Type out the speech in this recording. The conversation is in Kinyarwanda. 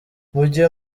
mujye